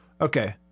Okay